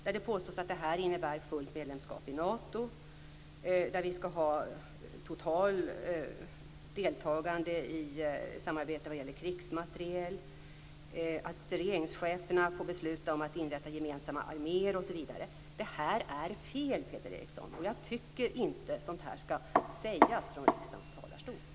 Det påstås bl.a. att detta innebär fullt medlemskap i Nato där vi skall ha ett totalt deltagande i samarbetet när det gäller krigsmateriel, att regeringscheferna får besluta om att inrätta gemensamma arméer. Detta är fel, Peter Eriksson. Jag tycker inte att sådant här skall sägas från riksdagen talarstol.